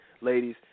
ladies